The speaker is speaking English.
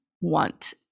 want